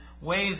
ways